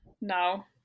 now